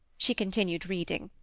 she continued reading.